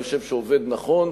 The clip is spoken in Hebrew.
אני חושב שהוא עובד נכון,